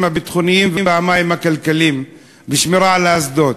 הביטחוניים והמים הכלכליים בשמירה על האסדות.